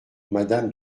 madame